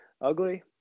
ugly